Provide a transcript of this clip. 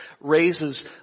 raises